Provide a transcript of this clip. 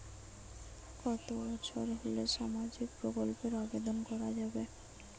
কত বছর বয়স হলে সামাজিক প্রকল্পর আবেদন করযাবে?